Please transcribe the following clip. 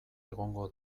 egongo